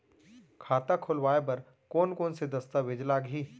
खाता खोलवाय बर कोन कोन से दस्तावेज लागही?